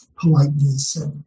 politeness